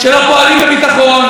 שלא פועלים בביטחון,